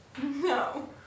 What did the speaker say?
No